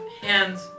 hands